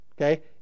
Okay